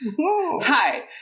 Hi